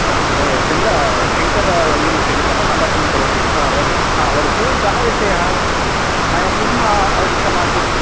अस्तु चन्द्रशङ्करः यूनिवर्सिटितः सम्भाषणं करोति हा वदतु आ वदतु कः विषयः मया किम् अ अवश्यकमासीत्